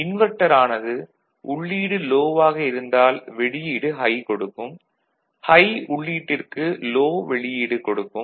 inverter ஆனது உள்ளீடு low ஆக இருந்தால் வெளியீடு ஹை கொடுக்கும் ஹை உள்ளீட்டிற்கு லோ வெளியீடு கொடுக்கும்